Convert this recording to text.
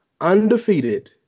undefeated